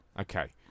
Okay